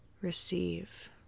receive